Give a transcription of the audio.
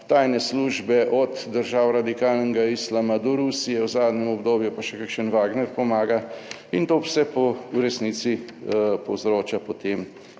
tajne službe, od držav radikalnega islama do Rusije, v zadnjem obdobju pa še kakšen Wagner pomaga in to vse v resnici povzroča potem